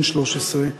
בן 13,